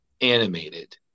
animated